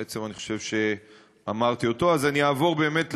בעצם אני חושב שאמרתי אותו, אז אני אעבור באמת,